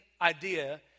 idea